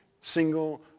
single